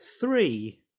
three